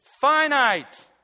finite